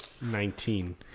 Nineteen